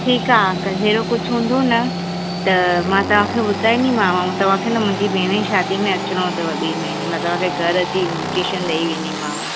ठीकु आहे अंकल अहिड़ो कुझु हूंदो न त मां तव्हांखे ॿुधाईंदीमांव तव्हांखे न मुंहिंजे भेण जी शादी में अचिणो अथव ॿिए महिने मां तव्हांजे घरु अची इन्विटेशन ॾेई वेंदीमांव